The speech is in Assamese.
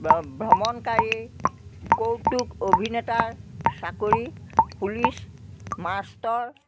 ভ্ৰমণকাৰী কৌতুক অভিনেতাৰ চাকৰি পুলিচ মাষ্টৰ